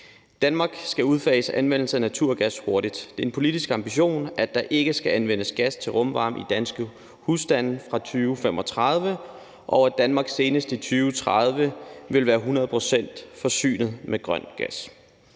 Danmark skal udfase anvendelse af naturgas hurtigt. Det er en politisk ambition, at der ikke skal anvendes gas til rumvarme i danske husstande fra 2035, og at Danmark senest i 2030 vil være 100 pct. forsynet med grøn gas.